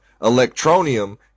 Electronium